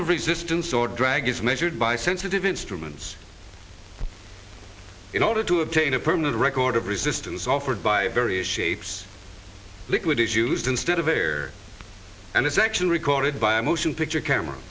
of resistance or drag is measured by sensitive instruments in order to obtain a permanent record of resistance offered by various shapes liquid is used instead of a and its action recorded by a motion picture camera